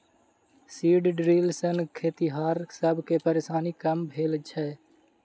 seed drill सॅ खेतिहर सब के परेशानी कम भेल छै